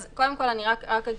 אז קודם כל אני רק אגיד,